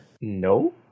No